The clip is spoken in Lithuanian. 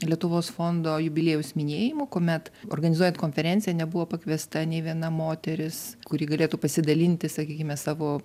lietuvos fondo jubiliejaus minėjimu kuomet organizuojant konferenciją nebuvo pakviesta nė viena moteris kuri galėtų pasidalinti sakykime savo